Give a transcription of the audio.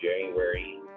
January